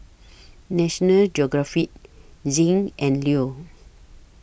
National Geographic Zinc and Leo